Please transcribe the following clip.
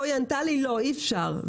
ענו לי כאן לא, אי אפשר.